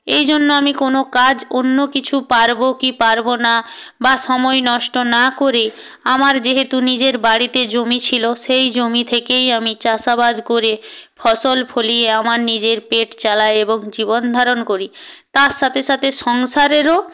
এই জন্য আমি কোনও কাজ অন্য কিছু পারব কি পারব না বা সময় নষ্ট না করে আমার যেহেতু নিজের বাড়িতে জমি ছিল সেই জমি থেকেই আমি চাষাবাদ করে ফসল ফলিয়ে আমার নিজের পেট চালাই এবং জীবন ধারণ করি তার সাথে সাথে সংসারেরও